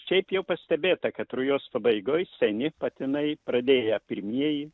šiaip jau pastebėta kad rujos pabaigoj seni patinai pradėję pirmieji